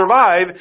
survive